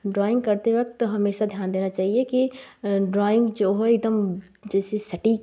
drawing करते वक़्त हमेशा ध्यान देना चाहिए कि ड्राइंग जो है एकदम जैसे सटीक